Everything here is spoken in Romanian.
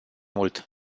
mult